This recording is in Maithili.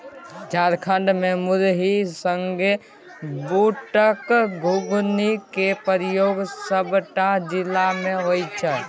झारखंड मे मुरही संगे बुटक घुघनी केर प्रयोग सबटा जिला मे होइ छै